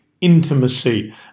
intimacy